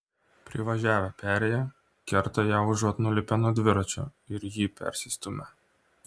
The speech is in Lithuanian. privažiavę perėją kerta ją užuot nulipę nuo dviračio ir jį persistūmę